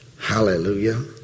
hallelujah